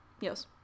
Yes